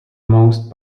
most